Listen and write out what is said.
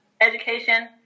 education